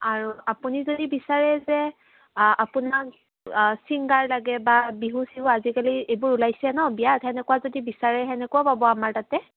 আৰু আপুনি যদি বিচাৰে যে আপোনাক ছিংগাৰ লাগে বা বিহু চিহু আজিকালি এইবোৰ ওলাইছে ন বিয়াত সেনেকুৱা যদি বিচাৰে সেনেকুৱাও পাব আমাৰ তাতে